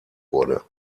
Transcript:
wurde